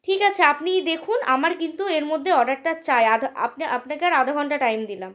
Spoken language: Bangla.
ঠিক আছে আপনিই দেখুন আমার কিন্তু এর মধ্যে অর্ডারটা চাই আধা আপনাকে আর আধা ঘন্টা টাইম দিলাম